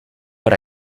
but